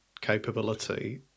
capability